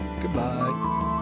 goodbye